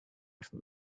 from